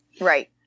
right